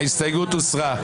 ההסתייגויות הוסרו.